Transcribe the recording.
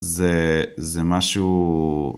זה.. זה משהו..